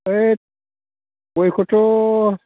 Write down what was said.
होइथ गयखौथ'